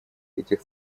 этих